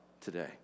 today